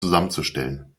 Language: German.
zusammenzustellen